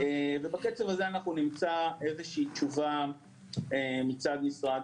בקצב הזה נמצא איזושהי תשובה מצד משרד